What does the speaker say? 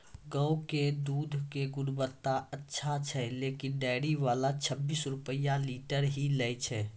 गांव के दूध के गुणवत्ता अच्छा छै लेकिन डेयरी वाला छब्बीस रुपिया लीटर ही लेय छै?